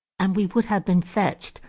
and we would have been fetched,